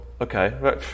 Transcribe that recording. okay